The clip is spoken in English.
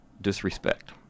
Disrespect